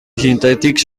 sintètics